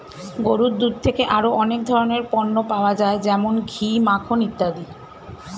গরুর দুধ থেকে আরো অনেক ধরনের পণ্য পাওয়া যায় যেমন ঘি, মাখন ইত্যাদি